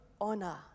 honor